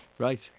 Right